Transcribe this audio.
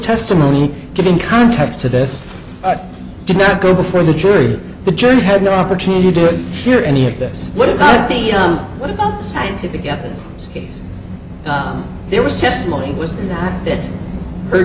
testimony given context to this did not go before the jury the jury had no opportunity with hear any of this what about the what about the scientific evidence case there was testimony was in that that her